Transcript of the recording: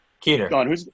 Keener